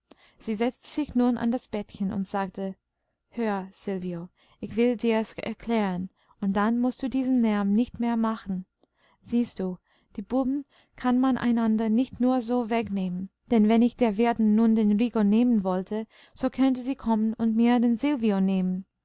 sie setzte sich nun an das bettchen und sagte hör silvio ich will dir's erklären und dann mußt du diesen lärm nicht mehr machen siehst du die buben kann man einander nicht nur so wegnehmen denn wenn ich der wirtin nun den rico nehmen wollte so könnte sie kommen und mir den silvio nehmen